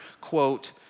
quote